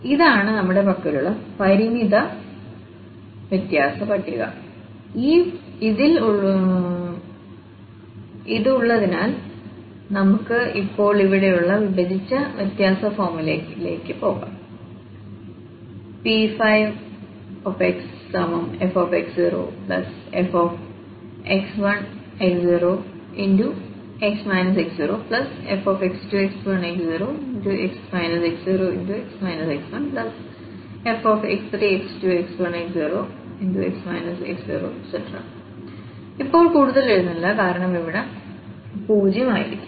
ഇതാണ് നമ്മുടെ പക്കലുള്ള പരിമിത വ്യത്യാസ പട്ടിക ഈ പരിമിത വ്യത്യാസ പട്ടിക ഉള്ളതിനാൽ നമുക്ക് ഇപ്പോൾ ഇവിടെയുള്ള വിഭജിച്ച വ്യത്യാസ ഫോർമുലയിലേക്ക് പോകാം P5xfx0fx1x0x x0fx2x1x0x x0x x1fx3x2x1x0x x0x x1x x2ഇപ്പോൾ കൂടുതൽ എഴുതുന്നില്ല കാരണം ഇവ 0 ആയിരിക്കും